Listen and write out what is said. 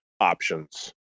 options